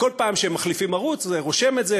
וכל פעם שהם מחליפים ערוץ זה רושם את זה.